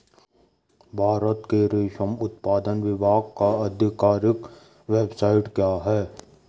भारत के रेशम उत्पादन विभाग का आधिकारिक वेबसाइट क्या है?